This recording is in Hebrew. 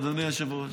אדוני היושב-ראש.